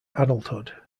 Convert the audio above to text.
adulthood